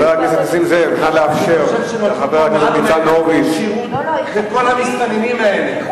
אני חושב שנותנים פה מעל ומעבר שירות לכל המסתננים האלה.